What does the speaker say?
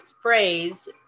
phrase